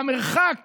המרחק